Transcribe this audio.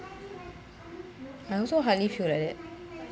I also hardly feel like that